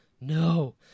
no